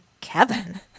kevin